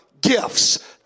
gifts